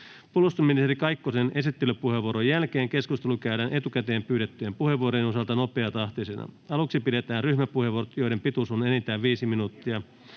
Puolustusministeri Kaikkosen esittelypuheenvuoron jälkeen keskustelu käydään etukäteen pyydettyjen puheenvuorojen osalta nopeatahtisena. Aluksi pidetään ryhmäpuheenvuorot, joiden pituus on enintään 5 minuuttia.